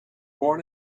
born